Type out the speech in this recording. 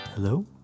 Hello